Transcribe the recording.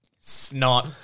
Snot